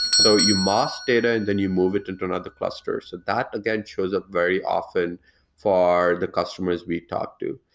so you mask data and then you move it into another cluster. so that, again, shows up very often for the customers we talk to.